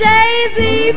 Daisy